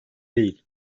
değil